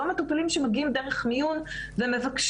אלה לא מטופלים שמגיעים דרך מיון ומבקשים.